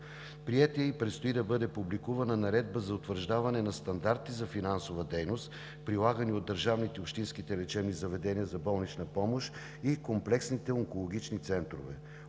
Приета е и предстои да бъде публикувана Наредба за утвърждаване на стандарти за финансова дейност, прилагана от държавните и общински лечебни заведения за болнична помощ и комплексните онкологични центрове.